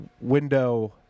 window